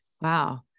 Wow